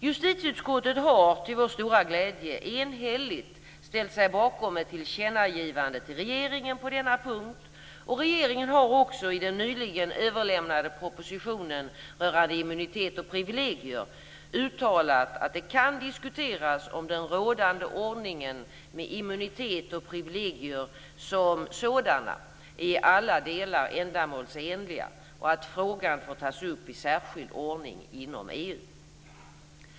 Justitieutskottet har till vår stora glädje enhälligt ställt sig bakom ett tillkännagivande till regeringen på denna punkt, och regeringen har också i den nyligen överlämnade propositionen rörande immunitet och privilegier uttalat att det kan diskuteras om den rådande ordningen med immunitet och privilegier som sådan i alla delar är ändamålsenlig och att frågan får tas upp i särskild ordning inom EU.